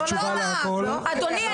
אדוני,